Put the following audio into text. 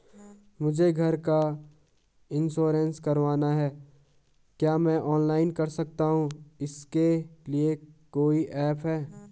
मुझे घर का इन्श्योरेंस करवाना है क्या मैं ऑनलाइन कर सकता हूँ इसके लिए कोई ऐप है?